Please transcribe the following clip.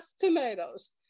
tomatoes